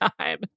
time